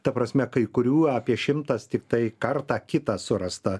ta prasme kai kurių apie šimtas tiktai kartą kitą surasta